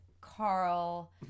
carl